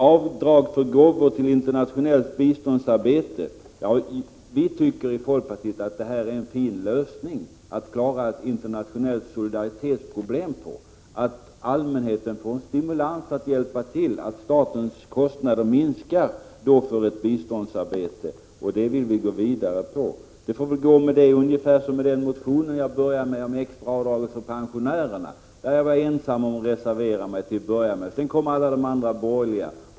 Avdrag för gåvor till internationellt biståndsarbete tycker vi i folkpartiet är en fin lösning på ett internationellt solidaritetsproblem. Allmänheten får en stimulans att hjälpa till och statens kostnader för biståndsarbetet minskar. Det vill vi gå vidare på. Det får väl gå med det ungefär som med den motion jag väckte om extra avdrag för pensionärerna. Där var jag till en början ensam om att reservera mig. Sedan kom alla de andra borgerliga.